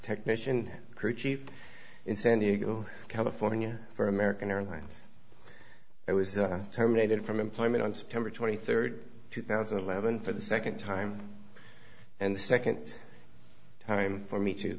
technician crew chief in san diego california for american airlines i was terminated from employment on september twenty third two thousand and eleven for the second time and the second time for me to